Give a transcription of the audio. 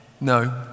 No